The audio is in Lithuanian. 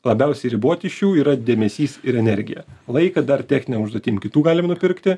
labiausiai riboti iš jų yra dėmesys ir energija laiką dar techninėm užduotim kitų galim nupirkti